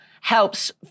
helps